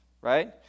right